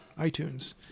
iTunes